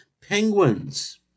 Penguins